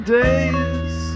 days